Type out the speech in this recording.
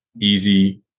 easy